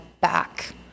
back